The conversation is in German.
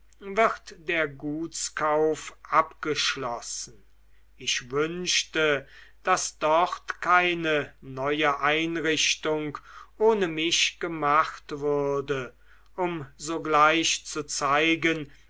wird der gutskauf abgeschlossen ich wünschte daß dort keine neue einrichtung ohne mich gemacht würde um sogleich zu zeigen